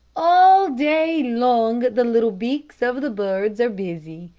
all day long, the little beaks of the birds are busy.